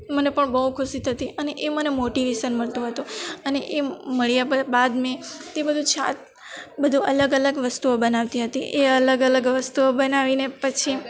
મને પણ બહુ ખુશી થતી અને એ મને મોટિવેસન મળતું હતું અને એ મળ્યા બાદ મેં તે બધુ બધું અલગ અલગ વસ્તુઓ બનાવતી હતી એ અલગ અલગ વસ્તુઓ બનાવીને પછી